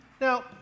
Now